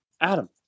Adam